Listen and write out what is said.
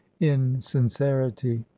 insincerity